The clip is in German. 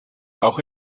auch